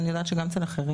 אבל אני יודעת שגם אצל אחרים.